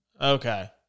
Okay